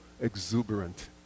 exuberant